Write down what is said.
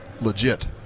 legit